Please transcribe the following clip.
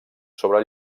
sobre